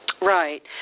Right